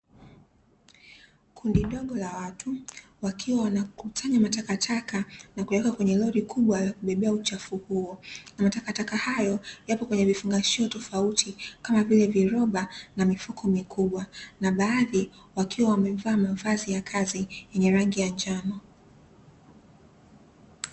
Kundi dogo la watu wakiwa wanayakusanya matakataka na kuweka kwenye lori kubwa ya kubebea uchafu huo; na matakataka hayo yapo kwenye vifungashio tofauti, kama vile; viroba na mifuko mikubwa, na baadhi wakiwa wamevaa mavazi ya kazi yenye rangi ya njano.